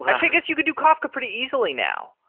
i guess you could do kafka pretty easily now.